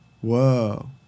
Whoa